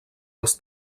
els